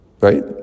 Right